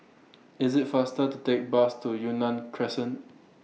IS IT faster to Take Bus to Yunnan Crescent